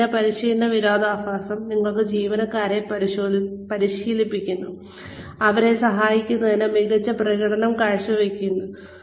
പക്ഷേ training paradox എന്തെന്നാൽ ഞങ്ങൾ ജീവനക്കാരെ അവർ അവരുടെ ജോലിയിൽ മികച്ച പ്രകടനം കാഴ്ചവെക്കാനായി പരിശീലിപ്പിക്കുന്നു